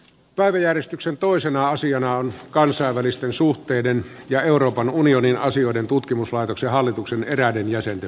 päivi järistyksen toisena asiana on kansainvälisten suhteiden ja euroopan unionin asioiden tutkimuslaitoksen hallitukseen seija turtiainen